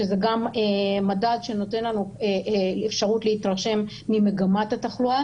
שזה מדד שנותן לנו אפשרות להתרשם ממגמת התחלואה.